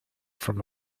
from